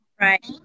Right